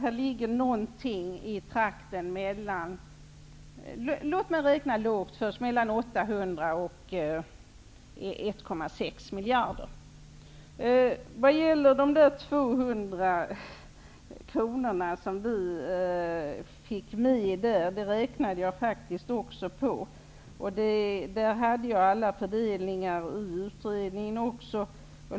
Här ligger det -- låt mig räkna lågt -- mellan Jag har också räknat på de 200 kr som vi fick med i förslaget. Alla fördelningar fanns med i utredningen.